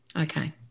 Okay